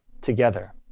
together